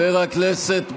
חבר הכנסת פרוש,